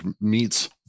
meats